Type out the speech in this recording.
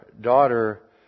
daughter